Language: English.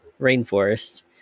Rainforest